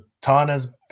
Tana's